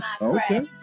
Okay